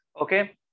Okay